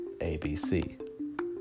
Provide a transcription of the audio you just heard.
ABC